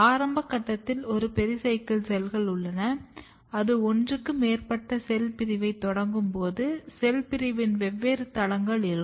ஆரம்ப கட்டத்தில் ஒரு பெரிசைக்கிள் செல்கள் உள்ளன அது ஒன்றுக்கு மேற்பட்ட செல் பிரிவைத் தொடங்கும் போது செல் பிரிவின் வெவ்வேறு தளங்கள் இருக்கும்